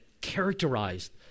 characterized